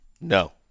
No